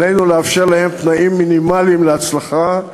עלינו לאפשר להם תנאים מינימליים להצלחה,